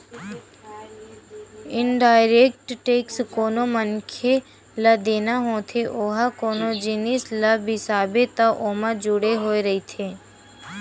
indirect tax कोनो मनखे ल देना होथे ओहा कोनो जिनिस ल बिसाबे त ओमा जुड़े होय रहिथे